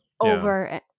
over